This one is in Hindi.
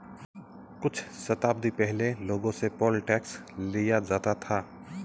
कुछ शताब्दी पहले लोगों से पोल टैक्स लिया जाता था